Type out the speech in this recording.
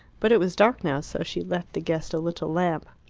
but it was dark now, so she left the guest a little lamp.